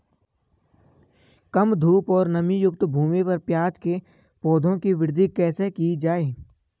कम धूप और नमीयुक्त भूमि पर प्याज़ के पौधों की वृद्धि कैसे की जाए?